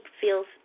feels